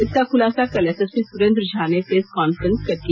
इसका खुलासा कल एसएसपी सुरेंद्र झा ने प्रेस कांफ्रेंस कर किया